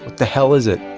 the hell is it?